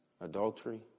adultery